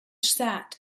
sat